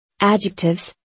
Adjectives